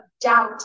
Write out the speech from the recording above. doubt